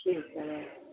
ਠੀਕ ਹੈ ਮੈਮ